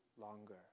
longer